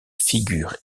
figures